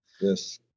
Yes